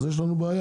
אז יש לנו בעיה,